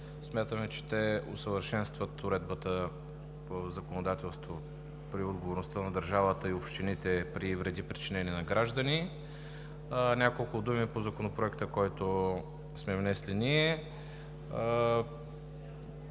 Смятаме, че те усъвършенстват уредбата в законодателството при отговорността на държавата и общините при вреди, причинени на граждани. Няколко думи по Законопроекта, който сме внесли ние.